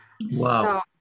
wow